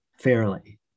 fairly